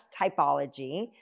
Typology